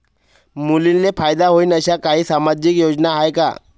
मुलींले फायदा होईन अशा काही सामाजिक योजना हाय का?